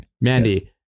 Mandy